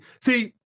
see